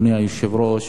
אדוני היושב-ראש,